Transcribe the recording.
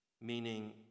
meaning